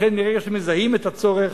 לכן מרגע שמזהים את הצורך,